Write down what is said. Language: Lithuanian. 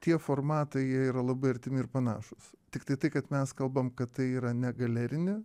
tie formatai jie yra labai artimi ir panašūs tiktai tai kad mes kalbam kad tai yra ne galerini